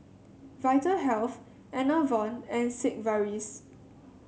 Vitahealth Enervon and Sigvaris